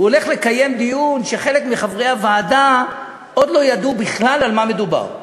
הוא הולך לקיים דיון כשחלק מחברי הוועדה עוד לא ידעו בכלל על מה מדובר,